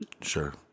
Sure